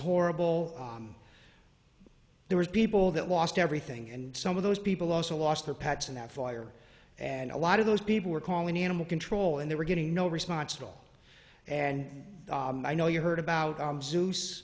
horrible but there was people that lost everything and some of those people also lost their pets in that fire and a lot of those people were calling animal control and they were getting no responsible and i know you heard about zeus